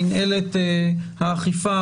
למינהלת האכיפה,